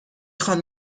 خوام